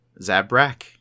Zabrak